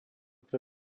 pre